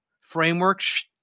frameworks